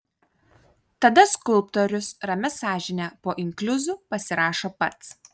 tada skulptorius ramia sąžine po inkliuzu pasirašo pats